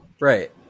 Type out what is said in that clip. right